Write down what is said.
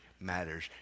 matters